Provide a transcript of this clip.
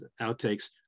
outtakes